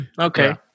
okay